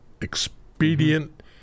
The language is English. expedient